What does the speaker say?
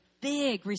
big